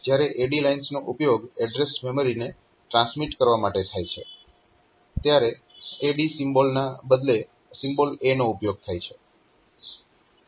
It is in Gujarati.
જ્યારે AD લાઇન્સનો ઉપયોગ એડ્રેસ મેમરીને ટ્રાન્સમીટ કરવા માટે થાય છે ત્યારે AD સિમ્બોલ ના બદલે સિમ્બોલ A નો ઉપયોગ થાય છે